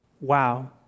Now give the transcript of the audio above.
Wow